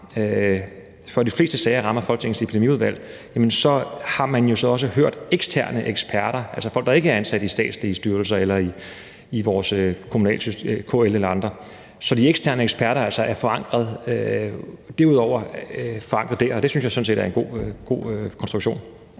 før de fleste sager rammer Folketingets Epidemiudvalg, jo så også hørt eksterne eksperter, altså folk, der ikke er ansat i statslige styrelser eller i KL eller andre. Så de eksterne eksperter er altså derudover forankret der, og det synes jeg sådan set er en god konstruktion.